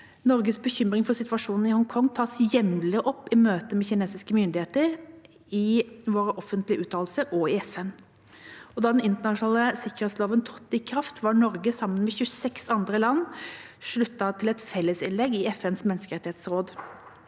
Norges bekymring for situasjonen i Hongkong tas jevnlig opp i møter med kinesiske myndigheter, i våre offentlige uttalelser og i FN. Da den internasjonale sikkerhetsloven trådte i kraft, var Norge sammen med 26 andre land sluttet til et fellesinnlegg i FNs menneskerettighetsråd.